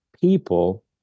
people